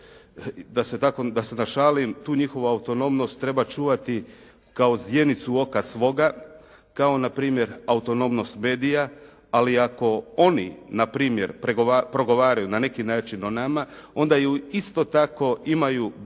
Da se našalim, tu njihovu autonomnost treba čuvati kao zjenicu oka svoga, kao npr. autonomnost medija, ali ako oni npr. progovaraju na neki način o nama, onda ju isto tako imaju biti